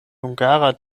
hungara